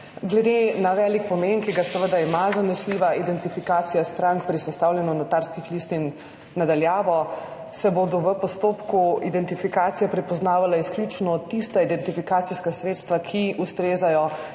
Glede na velik pomen, ki ga seveda ima zanesljiva identifikacija strank pri sestavljanju notarskih listin na daljavo, se bodo v postopku identifikacije prepoznavala izključno tista identifikacijska sredstva, ki ustrezajo